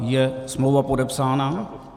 Je smlouva podepsána?